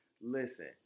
Listen